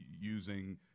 using